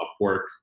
Upwork